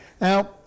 Now